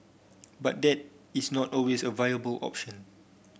but that is not always a viable option